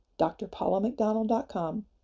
drpaulamcdonald.com